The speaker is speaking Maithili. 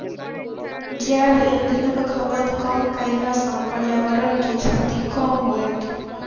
जैव इंधनक खपत कम कयला सॅ पर्यावरण के क्षति कम होयत